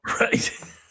Right